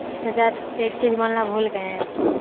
اس میں سر ایک چیز بولنا بھول گئے ہیں